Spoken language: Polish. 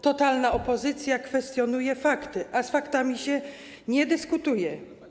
Totalna opozycja kwestionuje fakty, a z faktami się nie dyskutuje.